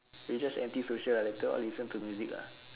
we just anti social ah later all listen to music ah